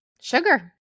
Sugar